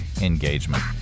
engagement